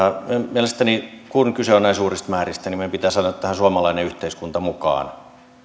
mielestäni kun kyse on näin suurista määristä meidän pitää saada tähän suomalainen yhteiskunta mukaan